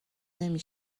نمی